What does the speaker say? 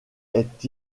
est